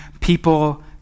people